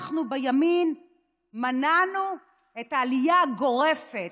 אנחנו בימין מנענו את העלייה הגורפת.